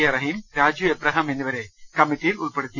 A Rahim Raju Abraham എന്നിവരെ committee യിൽ ഉൾപ്പെടുത്തി